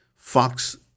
Fox